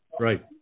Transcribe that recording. Right